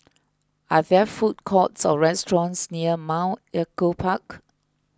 are there food courts or restaurants near Mount Echo Park